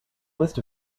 list